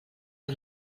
per